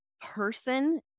person